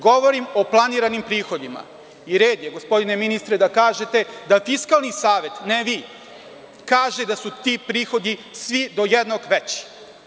Govorim o planiranim prihodima i red je gospodine ministre da kažete da Fiskalni savet, ne vi, kaže da su ti prihodi svi do jednog veći.